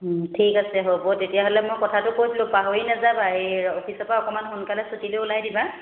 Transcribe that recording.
ঠিক আছে হ'ব তেতিয়াহ'লে মই কথাটো কৈছিলোঁ পাহৰি নাযাবা এই অফিচৰ পৰা অকণমান সোনকালে ছুটি লৈ ওলাই দিবা